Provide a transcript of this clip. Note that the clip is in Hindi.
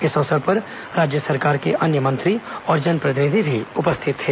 इस अवसर पर राज्य सरकार के अन्य मंत्री और जनप्रतिनिधि भी उपस्थित थे